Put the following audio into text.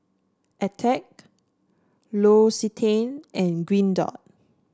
Attack L'Occitane and Green Dot